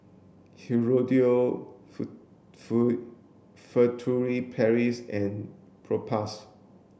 Hirudoid Furtere Paris and Propass